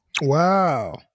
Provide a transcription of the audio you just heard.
Wow